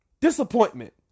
Disappointment